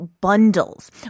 bundles